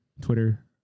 Twitter